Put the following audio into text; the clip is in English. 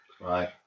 right